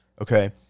Okay